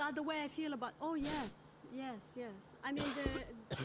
ah the way i feel about oh, yes, yes, yes. i mean, the